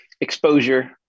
exposure